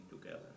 together